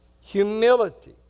humility